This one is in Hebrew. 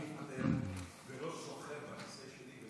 --- ולא סוחר בכיסא שלי,